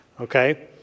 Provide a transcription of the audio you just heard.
Okay